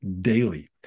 daily